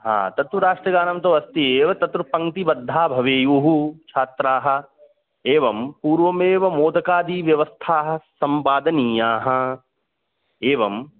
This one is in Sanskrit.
हा तत्तु राष्ट्रगानं तु अस्ति एव तत्र पङ्क्तिबद्धाः भवेयुः छात्राः एवं पूर्वमेव मोदकादिव्यवस्थाः सम्पादनीयाः एवम्